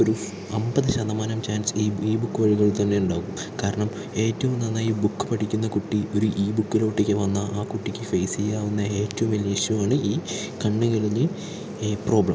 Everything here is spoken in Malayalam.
ഒരു അമ്പത് ശതമാനം ചാൻസ് ഈ ഈ ബുക്ക് വഴികൾ തന്നെയുണ്ടാവും കാരണം ഏറ്റവും നന്നായി ബുക്ക് പഠിക്കുന്ന കുട്ടി ഒരു ഈബുക്കിലോട്ടേക്ക് വന്നാൽ ആ കുട്ടിക്ക് ഫെയിസ് ചെയ്യാവുന്ന ഏറ്റവും വലിയ ഇഷ്യൂവാണ് ഈ കണ്ണുകളിൽ ഈ പ്രോബ്ലം